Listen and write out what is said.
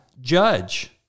judge